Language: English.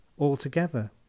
altogether